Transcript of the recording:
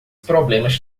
problemas